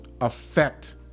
affect